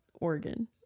Oregon